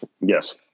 Yes